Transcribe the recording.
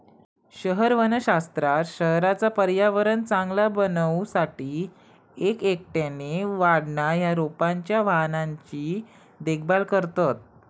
शहर वनशास्त्रात शहराचा पर्यावरण चांगला बनवू साठी एक एकट्याने वाढणा या रोपांच्या वाहनांची देखभाल करतत